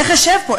איך אשב פה,